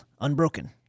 unbroken